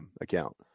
account